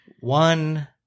one